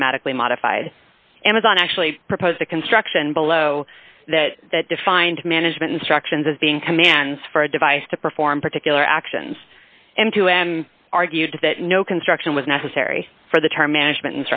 automatically modified amazon actually proposed the construction below that that defined management instructions as being commands for a device to perform particular actions and to m argued that no construction was necessary for the term management